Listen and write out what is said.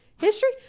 History